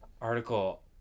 article